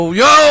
yo